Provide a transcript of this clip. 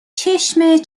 چشم